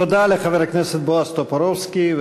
תודה לחבר הכנסת בועז טופורובסקי,